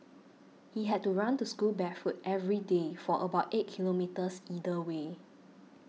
he had to run to school barefoot every day for about eight kilometres either way